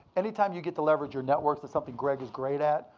anytime you get to leverage your networks, that's something greg is great at,